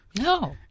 No